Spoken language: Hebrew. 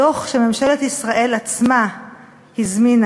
דוח שממשלת ישראל עצמה הזמינה.